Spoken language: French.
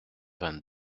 vingt